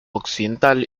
occidental